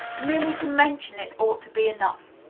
merely to mention it ought to be enough.